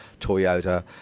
Toyota